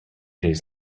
days